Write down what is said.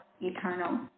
eternal